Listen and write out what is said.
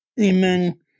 Amen